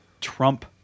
Trump